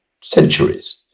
centuries